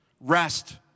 rest